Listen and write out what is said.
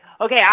okay